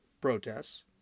protests